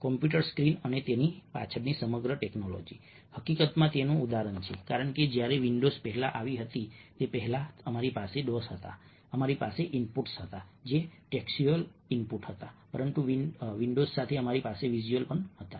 computer screen અને તેની પાછળની સમગ્ર ટેક્નોલોજી હકીકતમાં તેનું ઉદાહરણ છે કારણ કે જ્યારે વિન્ડોઝ પહેલા આવી હતી તે પહેલાં અમારી પાસે ડોસ હતા અમારી પાસે ઇનપુટ્સ હતા જે ટેક્સ્ટ્યુઅલઇનપુટ્સ હતા પરંતુ વિન્ડોઝ સાથે અમારી પાસે વિઝ્યુઅલ હતા